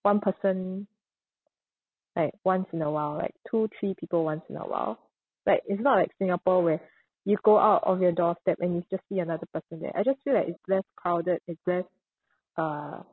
one person like once in a while like two three people once in a while like it's not like singapore where you go out of your doorstep and you just see another person there I just feel like it's less crowded it's less uh